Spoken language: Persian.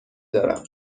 دارم